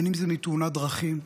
בין שזה מתאונת דרכים,